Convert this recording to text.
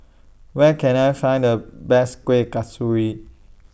Where Can I Find The Best Kueh Kasturi